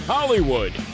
Hollywood